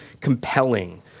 compelling